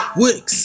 wix